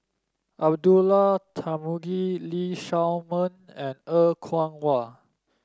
Abdullah Tarmugi Lee Shao Meng and Er Kwong Wah